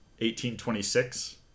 1826